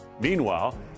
Meanwhile